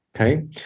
Okay